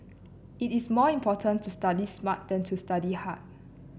it is more important to study smart than to study hard